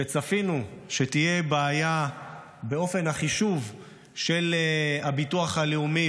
שצפינו שתהיה בעיה באופן החישוב של הביטוח הלאומי